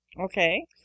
Okay